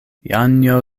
janjo